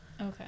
Okay